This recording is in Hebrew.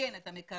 תיקן את המקרר,